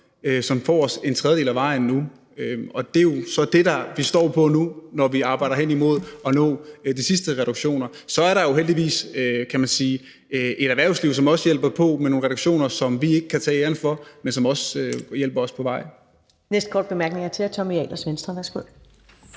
som får os en tredjedel af vejen nu. Og det er jo så det, vi står på nu, når vi arbejder hen imod at nå de sidste reduktioner. Så er der jo heldigvis, kan man sige, et erhvervsliv, som også hjælper med nogle reduktioner, som vi ikke kan tage æren for, men som også hjælper os på vej. Kl. 14:03 Første næstformand (Karen Ellemann): Den næste